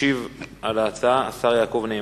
ישיב על ההצעה השר יעקב נאמן.